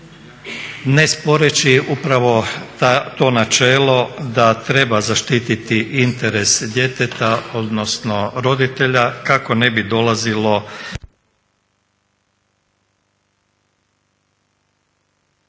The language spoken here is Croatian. ne sporeći upravo to načelo da treba zaštiti interes djeteta odnosno roditelja kako ne bi dolazilo